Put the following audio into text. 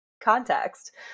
context